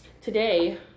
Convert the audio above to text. Today